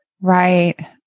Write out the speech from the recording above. Right